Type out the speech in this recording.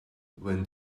when